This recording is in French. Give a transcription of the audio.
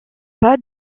pas